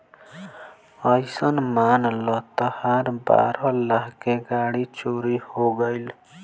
अइसन मान ल तहार बारह लाख के गाड़ी चोरी हो गइल